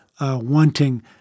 wanting